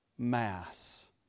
Mass